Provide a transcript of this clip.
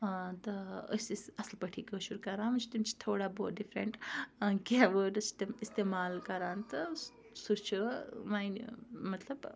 تہٕ أسۍ ٲسۍ اَصٕل پٲٹھی کٲشُر کَران وٕنۍ چھِ تِم چھِ تھوڑا بہت ڈِفرنٛٹ کینٛہہ وٲڈٕس تِم استعمال کَران تہٕ سُہ چھُ وۄنۍ مطلب